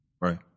Right